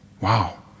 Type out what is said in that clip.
Wow